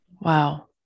Wow